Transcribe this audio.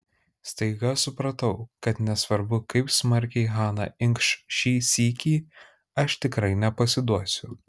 staiga supratau kad nesvarbu kaip smarkiai hana inkš šį sykį aš tikrai nepasiduosiu